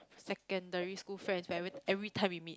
secondary school friends when every everytime we meet